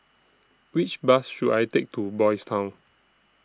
Which Bus should I Take to Boys' Town